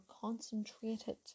concentrated